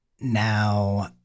now